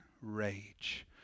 rage